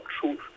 truth